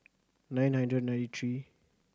nine hundred ninety three